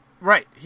Right